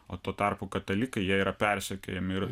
o tuo tarpu katalikai jie yra persekiojami ir